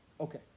Okay